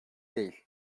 değil